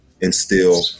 instill